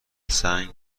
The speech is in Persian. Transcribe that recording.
سنگ